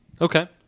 okay